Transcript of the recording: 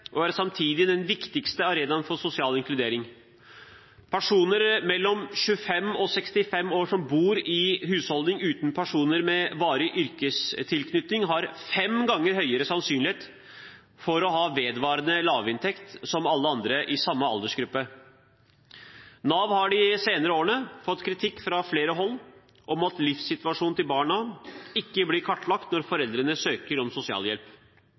og er samtidig den viktigste arenaen for sosial inkludering. Personer mellom 25 og 65 år som bor i en husholdning uten personer med varig yrkestilknytning, har fem ganger høyere sannsynlighet for å ha vedvarende lavinntekt enn alle andre i samme aldersgruppe. Nav har de senere årene fått kritikk fra flere hold for at livssituasjonen til barna ikke blir kartlagt når foreldrene søker om sosialhjelp.